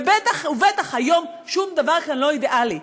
ובטח ובטח היום שום דבר כאן לא אידיאלי.